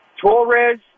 Torres